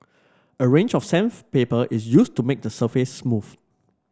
a range of sandpaper is used to make the surface smooth